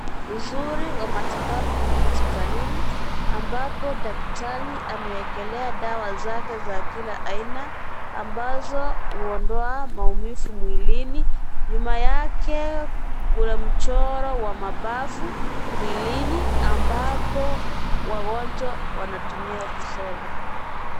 Uzuri wa matibabu hospitalini ambapo daktari amewekelea dawa zake za kila aina ambazo huondoa maumivu mwilini. Nyuma yake kuna mchoro wa mapafu mwilini ambapo wagonjwa wanatumia kusoma.